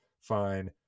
fine